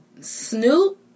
Snoop